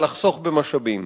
לחסוך במשאבים.